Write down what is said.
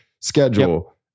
schedule